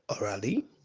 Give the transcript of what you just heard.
orally